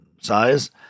size